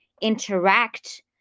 interact